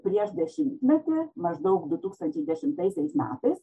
prieš dešimtmetį maždaug du tūkstančiai dešimtaisiais metais